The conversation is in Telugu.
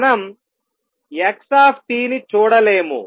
మనం x ని చూడలేము